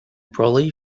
brolly